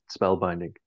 spellbinding